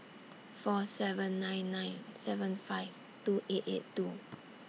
four seven nine nine seven five two eight eight two